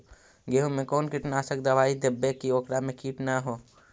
गेहूं में कोन कीटनाशक दबाइ देबै कि ओकरा मे किट न हो?